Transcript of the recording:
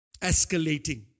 Escalating